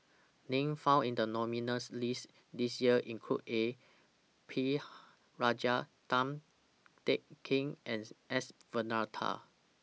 Names found in The nominees' list This Year include A P Rajah Tan Teng Kee and S Varathan